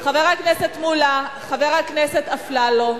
חבר הכנסת מולה, חבר הכנסת אפללו.